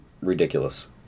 ridiculous